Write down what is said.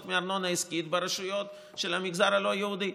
מארנונה עסקית ברשויות של המגזר הלא-יהודי.